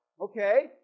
Okay